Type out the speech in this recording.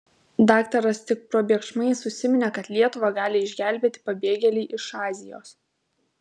daktaras tik probėgšmais užsiminė kad lietuvą gali išgelbėti pabėgėliai iš azijos